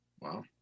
Wow